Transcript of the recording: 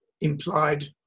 implied